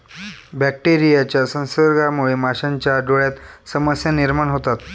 बॅक्टेरियाच्या संसर्गामुळे माशांच्या डोळ्यांत समस्या निर्माण होतात